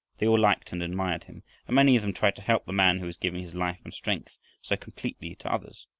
they all liked and admired him, and many of them tried to help the man who was giving his life and strength so completely to others.